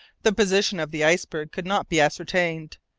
the position of the iceberg could not be ascertained.